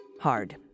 hard